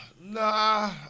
Nah